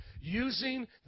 using